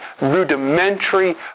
rudimentary